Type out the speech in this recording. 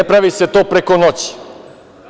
Ne pravi se to preko noći.